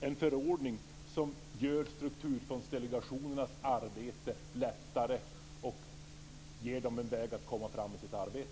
en förordning som gör Strukturfondsdelegationens arbete lättare och ger den en väg att komma framåt i sitt arbete?